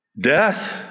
Death